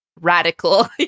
radical